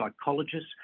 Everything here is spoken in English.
psychologists